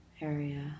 area